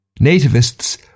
Nativists